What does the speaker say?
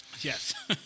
Yes